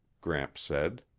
gramps said.